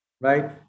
right